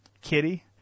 Kitty